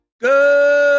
Good